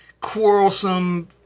quarrelsome